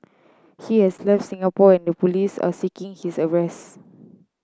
he has left Singapore and the police are seeking his arrest